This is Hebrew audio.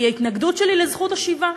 הוא התנגדות שלי לזכות השיבה,